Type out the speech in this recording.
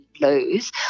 lose